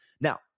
Now